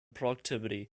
productivity